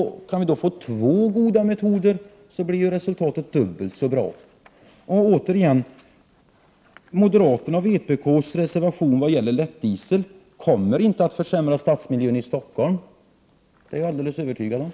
Kan vi få två goda metoder, blir ju resultatet dubbelt så bra. Återigen: Moderaternas och vpk:s reservation i vad gäller lättdiesel kommer inte att försämra stadsmiljön i Stockholm. Det är jag alldeles övertygad om.